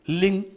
link